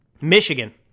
Michigan